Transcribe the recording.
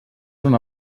una